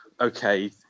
okay